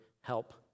help